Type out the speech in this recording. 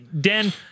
Dan